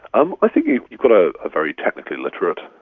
um i think you've you've got a ah very technically literate,